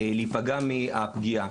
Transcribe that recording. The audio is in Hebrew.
להיפגע מהפגיעה.